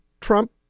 Trump